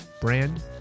brand